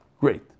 Great